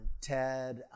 TED